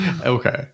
Okay